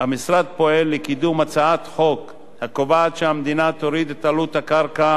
המשרד פועל לקידום הצעת חוק הקובעת שהמדינה תוריד את עלות הקרקע